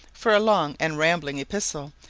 for a long and rambling epistle,